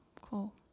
Cool